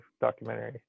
documentary